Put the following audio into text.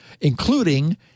including